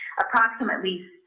Approximately